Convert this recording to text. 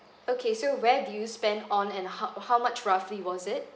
okay so where do you spend on and how how much roughly was it